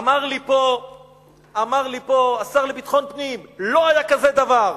אמר לי פה השר לביטחון פנים: לא היה כזה דבר,